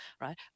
right